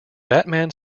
batman